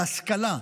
בהשכלה,